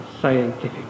scientific